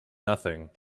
nothing